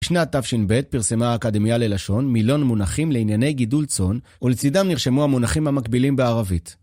בשנת תש"ב פרסמה האקדמיה ללשון מילון מונחים לענייני גידול צאן ולצידם נרשמו המונחים המקבילים בערבית.